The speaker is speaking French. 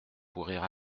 pourraient